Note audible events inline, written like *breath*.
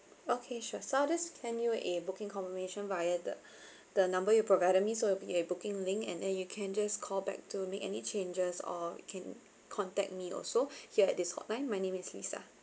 okay sure so I'll just send you a booking confirmation via the *breath* the number you provided me so it'll be a booking link and then you can just call back to make any changes or can contact me also here at this hotline my name is lisa